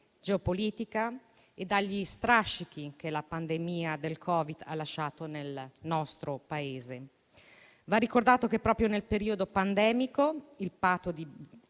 che dagli strascichi che la pandemia Covid ha lasciato nel nostro Paese. Va ricordato che proprio nel periodo pandemico il Patto di